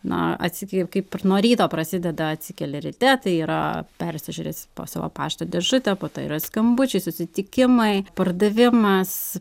na atsi kaip kaip ir nuo ryto prasideda atsikeli ryte tai yra persižiūri pos savo pašto dėžutę po to yra skambučiai susitikimai pardavimas